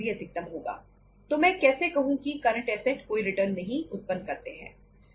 तो मैं कैसे कहूं कि करंट ऐसेट कोई रिटर्न नहीं उत्पन्न करते है